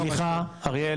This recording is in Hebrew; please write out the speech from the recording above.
סליחה, אריאל